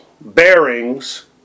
bearings